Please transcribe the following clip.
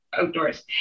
outdoors